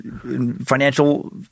financial